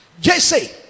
Jesse